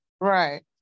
Right